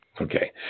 Okay